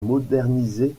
moderniser